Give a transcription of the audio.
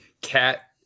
cat